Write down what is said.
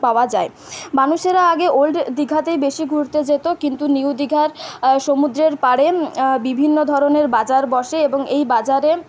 পাওয়া যায় মানুষেরা আগে ওল্ড দীঘাতেই বেশি ঘুরতে যেত কিন্তু নিউ দীঘার সমুদ্রের পাড়ে বিভিন্ন ধরনের বাজার বসে এবং এই বাজারে